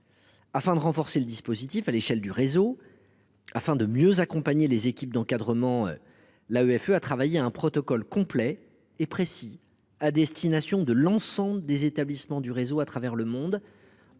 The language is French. Afin de renforcer le dispositif à l’échelle du réseau et de mieux accompagner les équipes d’encadrement, l’AEFE a travaillé à un protocole complet et précis à destination de l’ensemble des établissements du réseau à travers le monde